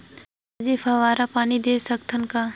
भाजी फवारा पानी दे सकथन का?